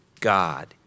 God